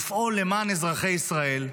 לפעול למען אזרחי ישראל,